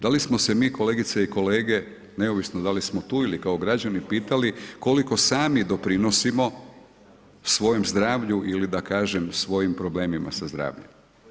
Da li smo se mi, kolegice i kolege, neovisno da li smo tu ili kao građani pitali, koliko sami doprinosimo svojem zdravlju ili svojim problemima sa zdravljem?